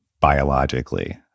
biologically